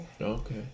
Okay